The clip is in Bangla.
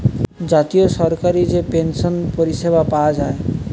জাতীয় সরকারি যে পেনসন পরিষেবা পায়া যায়